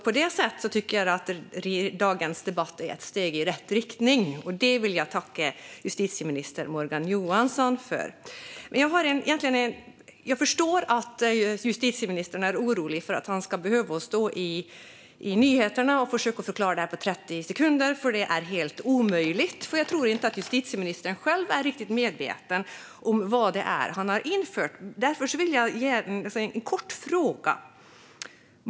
På det sättet tycker jag att dagens debatt är ett steg i rätt riktning, och det vill jag tacka justitieminister Morgan Johansson för. Jag förstår att justitieministern är orolig för att han ska behöva stå i nyheterna och försöka att förklara detta på 30 sekunder, för det är helt omöjligt. Jag tror inte att justitieministern själv är riktigt medveten om vad det är han har infört. Därför vill jag ställa en kort fråga.